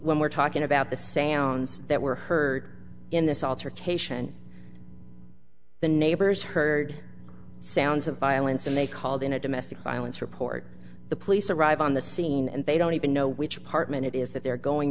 when we're talking about the sands that were heard in this altercation the neighbors heard sounds of violence and they called in a domestic violence report the police arrive on the scene and they don't even know which apartment it is that they're going